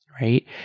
Right